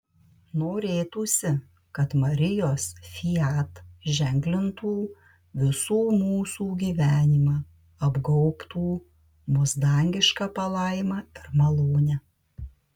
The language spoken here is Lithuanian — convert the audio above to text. norėtųsi kad marijos fiat ženklintų visų mūsų gyvenimą apgaubtų mus dangiška palaima ir malone